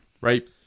Right